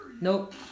Nope